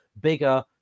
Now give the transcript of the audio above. bigger